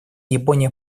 япония